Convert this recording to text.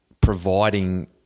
providing